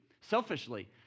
selfishly